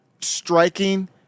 striking